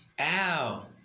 Ow